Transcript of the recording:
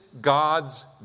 God's